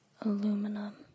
Aluminum